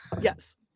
yes